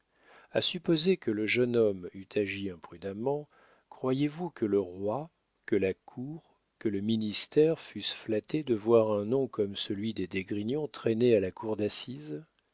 a supposer que le jeune homme eût agi imprudemment croyez-vous que le roi que la cour que le ministère fussent flattés de voir un nom comme celui des d'esgrignon traîné à la cour d'assises